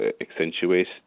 accentuate